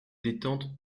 détente